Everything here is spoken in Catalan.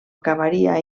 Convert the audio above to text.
acabaria